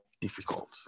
difficult